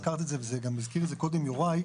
הזכרת את זה וגם הזכיר את זה קודם יוראי.